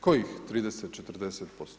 Kojih 30, 40%